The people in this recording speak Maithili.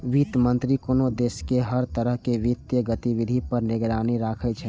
वित्त मंत्री कोनो देशक हर तरह के वित्तीय गतिविधि पर निगरानी राखै छै